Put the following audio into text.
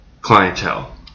clientele